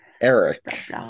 eric